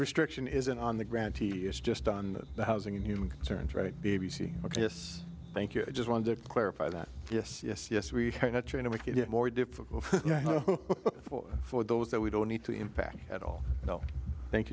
restriction isn't on the ground he is just on the housing and human concerns right b b c ok thank you i just wondered clarify that yes yes yes we are not trying to make it more difficult for those that we don't need to impact at all thank